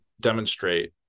demonstrate